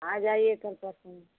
आ जाइए कल परसों में